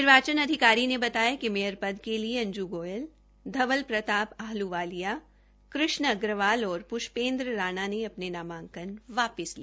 निर्वाचन अधिकारी ने बताया कि मेयर पद के लिए अंजू गोयल धवल प्रताप आहलूवालिया कृष्ण अग्रवाल पृष्पेन्द्र राणा ने अपने नामांकन वापिस ले लिए